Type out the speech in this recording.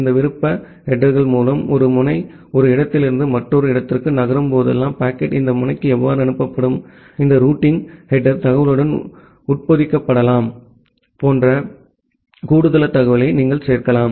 இந்த விருப்பத் ஹெடேர் மூலம் ஒரு முனை ஒரு இடத்திலிருந்து மற்றொரு இடத்திற்கு நகரும் போதெல்லாம் பாக்கெட் இந்த முனைக்கு எவ்வாறு அனுப்பப்படும் இந்த ரூட்டிங் ஹெடேர் தகவலுடன் உட்பொதிக்கப்படலாம் போன்ற கூடுதல் தகவலை நீங்கள் சேர்க்கலாம்